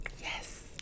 Yes